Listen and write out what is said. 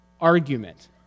argument